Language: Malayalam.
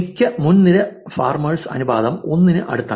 മിക്ക മുൻനിര ഫാർമേഴ്സ് അനുപാതം 1 ന് അടുത്താണ്